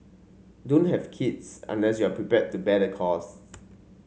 don't have kids unless you are prepared to bear the costs